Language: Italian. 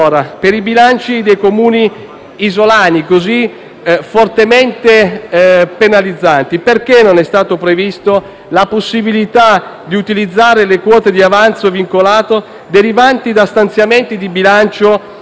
isolani, così fortemente penalizzanti, perché non è stata prevista la possibilità di utilizzare le quote di avanzo vincolato derivanti da stanziamenti di bilancio dell'esercizio precedente?